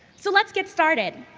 so let's get started.